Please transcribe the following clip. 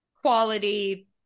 quality